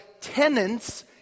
tenants